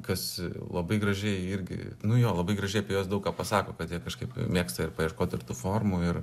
kas labai gražiai irgi nu jo labai gražiai apie juos daug ką pasako kad jie kažkaip mėgsta ir paieškot ir tų formų ir